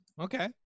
Okay